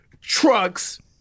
trucks